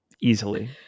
easily